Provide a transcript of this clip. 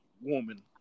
woman